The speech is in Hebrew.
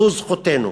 זו זכותנו.